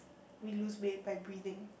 we lose weight by breathing